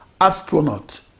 astronaut